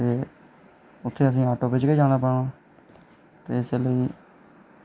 ते उत्थै असें ऑटो बिच गै जाना पौना ते इस्सै लेई